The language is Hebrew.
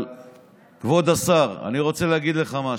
אבל כבוד השר, אני רוצה להגיד לך משהו.